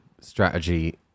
strategy